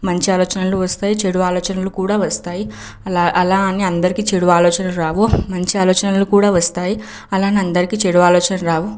మంచి ఆలోచనలు వస్తాయి చెడు ఆలోచనలు కూడా వస్తాయి అలా అలా అని అందరికీ చెడు ఆలోచనలు రావు మంచి ఆలోచనలు కూడా వస్తాయి అలా అని అందరికీ చెడు ఆలోచనలు రావు